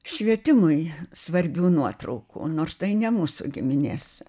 švietimui svarbių nuotraukų nors tai ne mūsų giminės